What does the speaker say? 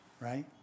right